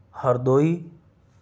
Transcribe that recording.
Hardoi